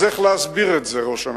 אז איך להסביר את זה, ראש הממשלה?